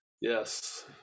yes